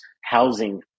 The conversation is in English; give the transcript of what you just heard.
housing